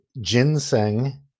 ginseng